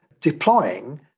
deploying